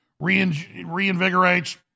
reinvigorates